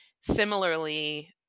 Similarly